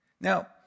Now